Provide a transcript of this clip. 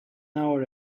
hour